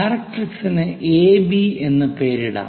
ഡയറക്ട്രിക്സിന് AB എന്ന് പേരിടാം